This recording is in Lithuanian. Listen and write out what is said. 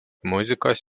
muzikos